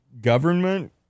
government